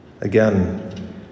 Again